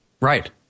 Right